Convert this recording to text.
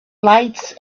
lights